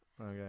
Okay